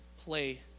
play